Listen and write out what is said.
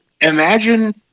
Imagine